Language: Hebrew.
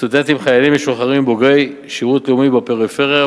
לסטודנטים חיילים משוחררים ובוגרי שירות לאומי בפריפריה,